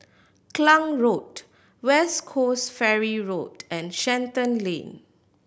Klang Road West Coast Ferry Road and Shenton Lane